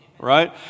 Right